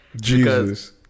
Jesus